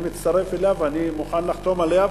אני מצטרף אליה ואני מוכן לחתום עליה,